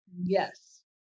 yes